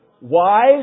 wise